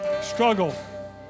struggle